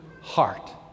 heart